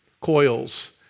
coils